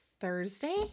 Thursday